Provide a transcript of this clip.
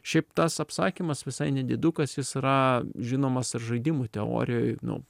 šiaip tas apsakymas visai nedidukas jis yra žinomas ir žaidimų teorijoj nu